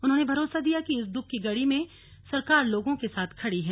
उन्होंने भरोसा दिया कि इस दुख की घड़ी में सरकार लोगों के साथ खड़ी है